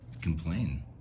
complain